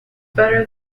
better